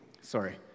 Sorry